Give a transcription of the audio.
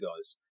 guys